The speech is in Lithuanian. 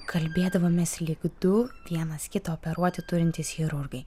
kalbėdavomės lyg du vienas kitą operuoti turintys chirurgai